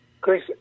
Chris